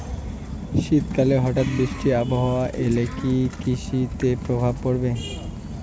শীত কালে হঠাৎ বৃষ্টি আবহাওয়া এলে কি কৃষি তে প্রভাব পড়বে?